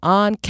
on